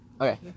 Okay